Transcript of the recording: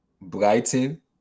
Brighton